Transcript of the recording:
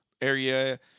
area